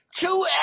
Two